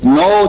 no